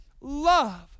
love